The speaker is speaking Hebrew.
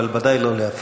אבל ודאי לא להפריע.